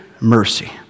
mercy